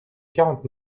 quarante